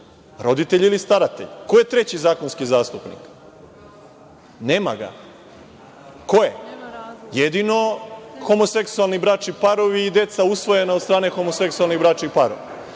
Roditelj ili staratelj. Ko je treći zakonski zastupnik? Nema ga. Ko je? Jedino homoseksualni bračni parovi i deca usvojena od strane homoseksualnih bračnih parova. Dakle,